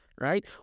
right